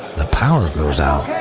the power goes out.